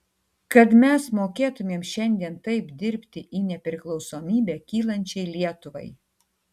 kad mes mokėtumėm šiandien taip dirbti į nepriklausomybę kylančiai lietuvai